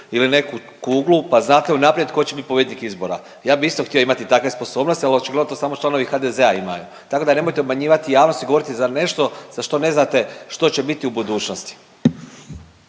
ili neku kuglu pa znate unaprijed tko će bit pobjednik izbora. Ja bi isto htio imati takve sposobnosti, ali očigledno to samo članovi HDZ-a, imaju. Tako da nemojte obmanjivati javnost i govoriti za nešto za što ne znate što će biti u budućnosti.